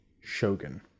shogun